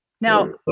Now